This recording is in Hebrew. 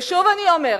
ושוב אני אומרת,